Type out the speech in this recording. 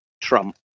Trump